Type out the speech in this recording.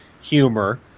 humor